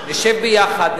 נשב ביחד,